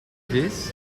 this